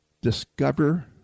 Discover